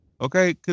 Okay